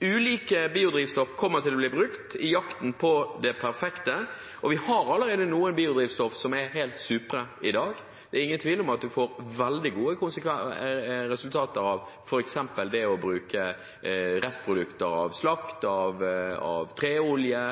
Ulike biodrivstoff kommer til å bli brukt i jakten på det perfekte. Vi har allerede i dag noen biodrivstoff som er helt supre. Det er ingen tvil om at man får veldig gode resultater av f.eks. det å bruke restprodukter av slakt, av treolje,